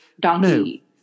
donkey